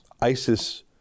ISIS